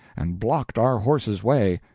and blocked our horses' way,